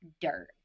dirt